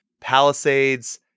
Palisades